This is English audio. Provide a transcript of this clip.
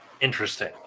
interesting